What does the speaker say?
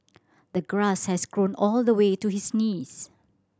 the grass had grown all the way to his knees